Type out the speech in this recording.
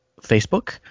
Facebook